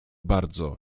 bardzo